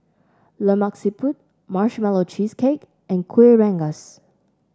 Lemak Siput Marshmallow Cheesecake and Kueh Rengas